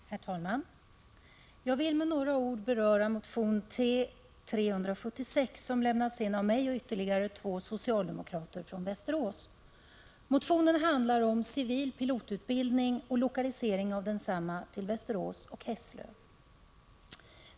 Herr talman! Jag vill med några ord beröra motion T376, som lämnats in av mig och ytterligare två socialdemokrater från Västerås. Motionen handlar om civil pilotutbildning och lokalisering av densamma till Västerås och Hässlö.